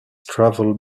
travel